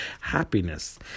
happiness